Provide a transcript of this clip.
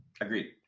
Agreed